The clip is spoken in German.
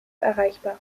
erreichbar